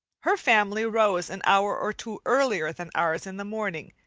her family rose an hour or two earlier than ours in the morning,